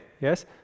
yes